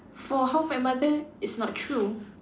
for how I met your mother it's not true